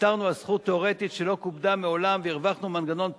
ויתרנו על זכות תיאורטית שלא כובדה מעולם והרווחנו מנגנון פרקטי,